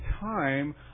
time